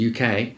UK